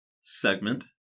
segment